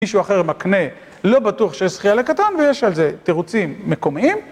מישהו אחר מקנה, לא בטוח שיש שיש זכייה לקטן ויש על זה תירוצים מקומיים